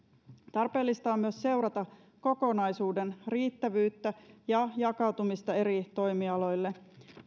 tarpeellista on myös seurata kokonaisuuden riittävyyttä ja jakautumista eri toimialoille